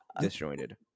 disjointed